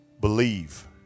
believe